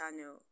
channel